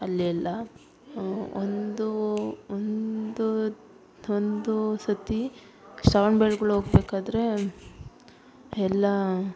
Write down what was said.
ಅಲ್ಲಿ ಎಲ್ಲ ಒಂದು ಒಂದು ಒಂದು ಸರ್ತಿ ಶ್ರವಣಬೆಳಗೊಳ ಹೋಗ್ಬೇಕಾದ್ರೆ ಎಲ್ಲಾ